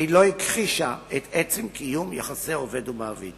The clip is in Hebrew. היא לא הכחישה את עצם קיום יחסי עובד ומעביד.